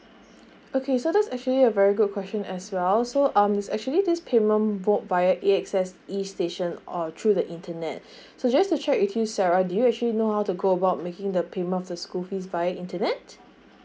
okay so that's actually a very good question as well so um is actually this payment book via A S X e station or through the internet so just to check with you sarah do you actually know how to go about making the payment for the school fees via internet